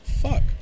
Fuck